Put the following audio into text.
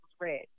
red